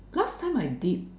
last time I did